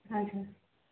हजुर